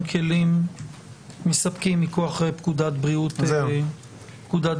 כלים מספקים מכוח פקודת בריאות העם.